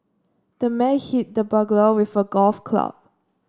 the man hit the burglar with a golf club